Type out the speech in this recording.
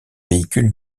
véhicule